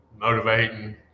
motivating